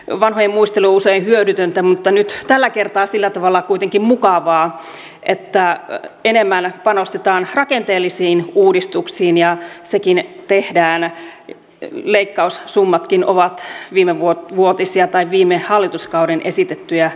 vanhojen muistelu on usein hyödytöntä mutta tällä kertaa sillä tavalla kuitenkin mukavaa että nyt enemmän panostetaan rakenteellisiin uudistuksiin ja sekin tehdään niin että leikkaussummatkin ovat viimevuotisia tai viime hallituskaudella esitettyjä pienempiä